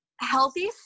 healthy